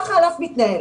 ככה הענף מתנהל.